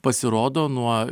pasirodo nuo